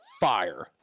fire